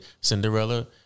Cinderella